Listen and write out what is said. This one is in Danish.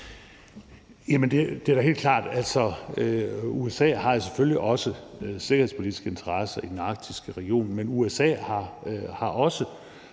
det er da helt klart. USA har selvfølgelig også sikkerhedspolitiske interesser i den arktiske region. Men USA har også